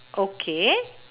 okay